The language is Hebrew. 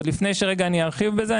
ועוד לפני שרגע אני ארחיב בזה,